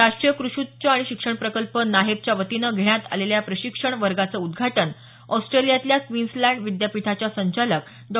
राष्ट्रीय कृषी उच्च शिक्षण प्रकल्प नाहेपच्या वतीनं घेण्यात आलेल्या या प्रशिक्षण वर्गाचं उद्घाटन ऑस्ट्रेलियातल्या क्वीन्सलॅड विद्यापीठाच्या संचालक डॉ